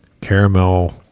caramel